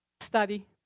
study